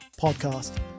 podcast